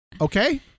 Okay